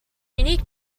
unique